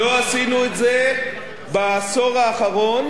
אנחנו לא מתקנים שגיאות בעברית כאן.